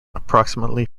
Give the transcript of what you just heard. approximately